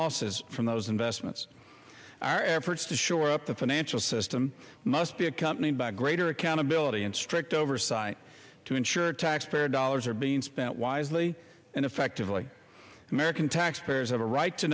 losses from those investments our efforts to shore up the financial system must be accompanied by greater accountability and strict oversight to ensure taxpayer dollars are being spent wisely and effectively american taxpayers have a right to